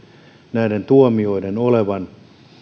näiden tuomioiden olevan